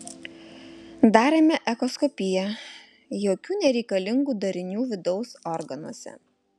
darėme echoskopiją jokių nereikalingų darinių vidaus organuose